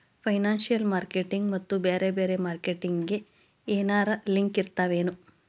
Financial marketing ಮತ್ತ ಬ್ಯಾರೆ ಬ್ಯಾರೆ ಮಾರ್ಕೆಟಿಂಗ್ ಗೆ ಏನರಲಿಂಕಿರ್ತಾವೆನು?